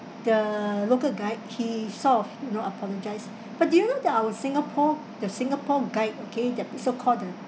the local guide he sort of you know apologise but do you know that our singapore the singapore guide okay they're p~ so call the